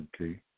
Okay